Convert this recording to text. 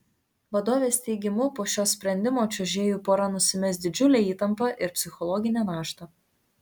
vadovės teigimu po šio sprendimo čiuožėjų pora nusimes didžiulę įtampą ir psichologinę naštą